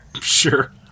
Sure